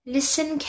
Listen